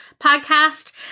podcast